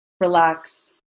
relax